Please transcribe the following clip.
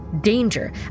danger